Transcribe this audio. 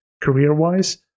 career-wise